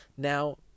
Now